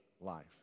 life